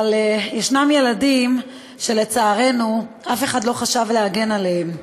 אבל יש ילדים שלצערנו אף אחד לא חשב להגן עליהם.